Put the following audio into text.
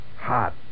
hot